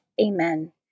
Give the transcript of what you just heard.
Amen